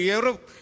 Europe